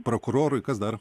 prokurorui kas dar